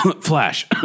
Flash